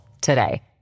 today